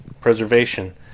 preservation